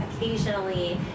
occasionally